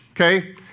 okay